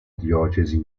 diocesi